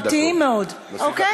והם מהותיים מאוד, אוקיי?